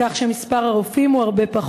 על כך שמספר הרופאים קטן בהרבה,